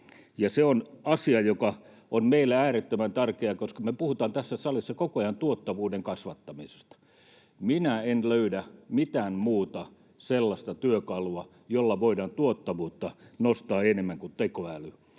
se on asia, joka on meille äärettömän tärkeää, koska me puhutaan tässä salissa koko ajan tuottavuuden kasvattamisesta. Minä en löydä mitään muuta sellaista työkalua, jolla voidaan tuottavuutta nostaa enemmän kuin tekoälyllä,